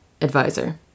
advisor